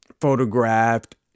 Photographed